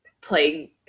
playing